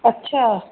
अच्छा